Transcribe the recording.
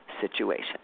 situation